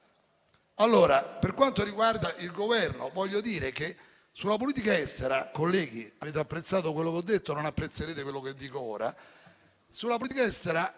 Gruppo. Per quanto riguarda il Governo, voglio dire che sulla politica estera - colleghi, avete apprezzato quello che ho detto, ma non apprezzerete quello che dico ora - ha dimostrato